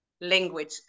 language